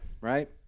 Right